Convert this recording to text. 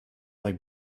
like